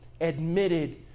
admitted